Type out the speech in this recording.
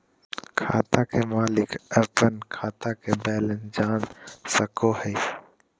खाता के मालिक अपन खाता के बैलेंस जान सको हय